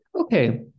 Okay